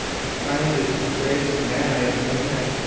the kindest, the bravest man i have ever met!